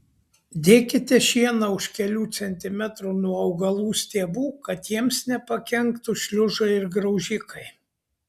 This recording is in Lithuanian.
dėkite šieną už kelių centimetrų nuo augalų stiebų kad jiems nepakenktų šliužai ir graužikai